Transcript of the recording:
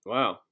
Wow